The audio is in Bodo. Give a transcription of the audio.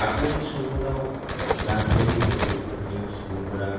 आगोलनि समफोराव गामियारि ओनसोलनि सुबुंफोरा